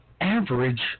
average